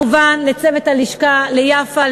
וכמובן לצוות הלשכה: יפה,